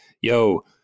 yo